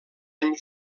any